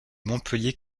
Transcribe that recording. montpellier